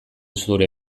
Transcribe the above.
zure